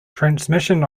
transmission